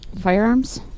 Firearms